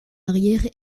arrière